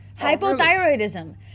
hypothyroidism